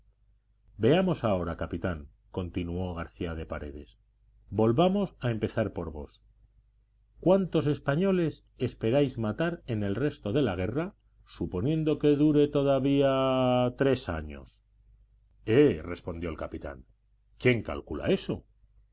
veamos ahora capitán continuó garcía de paredes volvamos a empezar por vos cuántos españoles esperáis matar en el resto de la guerra suponiendo que dure todavía tres años eh respondió el capitán quién calcula eso